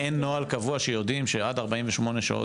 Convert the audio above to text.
ואין נוהל קבוע שיודעים שעד 48 שעות?